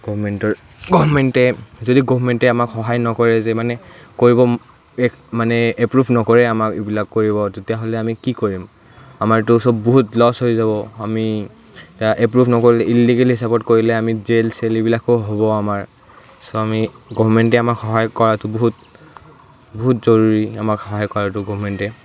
গভমেণ্টৰ গভমেণ্টে যদি গভমেণ্টে আমাক সহায় নকৰে যে মানে কৰিব এক মানে এপ্ৰুভ নকৰে আমাক এইবিলাক কৰিব তেতিয়াহ'লে আমি কি কৰিম আমাৰটো চব বহুত লছ হৈ যাব আমি এপ্ৰুভ নকৰিলে ইল্লিগেল হিচাপত কৰিলে আমি জেল চেল এইবিলাকো হ'ব আমাৰ চ' আমি গভমেণ্টে আমাক সহায় কৰাতো বহুত বহুত জৰুৰী আমাক সহায় কৰাতো গভমেণ্টে